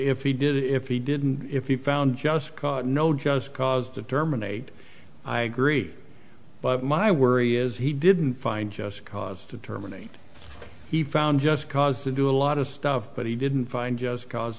did if he didn't if you found just no just cause to terminate i agree but my worry is he didn't find just cause to terminate he found just cause to do a lot of stuff but he didn't find just cause